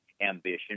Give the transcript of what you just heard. ambition